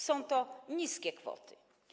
Są to niskie kwoty.